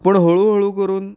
पूण हळू हळू करून